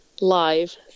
live